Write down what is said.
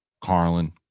Carlin